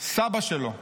סבא שלו,